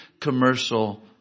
commercial